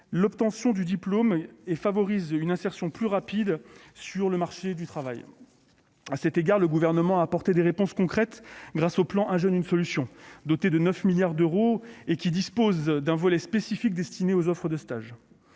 l'obtention du diplôme et favorisent une insertion plus rapide sur le marché du travail. À cet égard, le Gouvernement a apporté des réponses concrètes le plan « 1 jeune, 1 solution », doté de 9 milliards d'euros, qui comprend un volet spécifique destiné aux offres de stages.